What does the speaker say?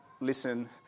listen